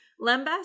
Lembas